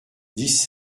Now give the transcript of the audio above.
dix